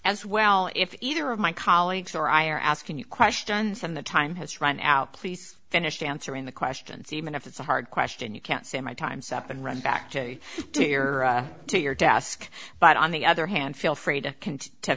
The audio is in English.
as well if either of my colleagues or i are asking you questions and the time has run out please finish answering the questions even if it's a hard question you can't say my time's up and run back to dear to your desk but on the other hand feel free to